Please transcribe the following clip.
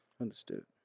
understood